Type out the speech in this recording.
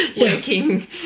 working